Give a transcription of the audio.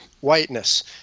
whiteness